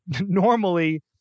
normally